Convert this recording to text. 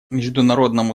международному